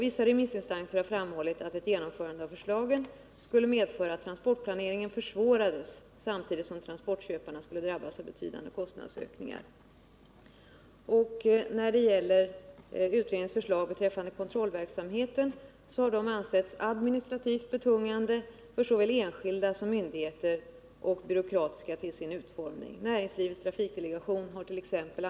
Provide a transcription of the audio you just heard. Vissa remissinstanser har framhållit att ett genomförande av förslagen skulle medföra att transportplaneringen försvårades samtidigt som transportköparna skulle drabbas av betydande kostnadsökningar. Utredningens förslag beträffande kontrollverksamheten har ansetts administrativt betungande för såväl enskilda som myndigheter och byråkratiska till sin utformning. Näringslivets trafikdelegation hart.ex.